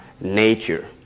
nature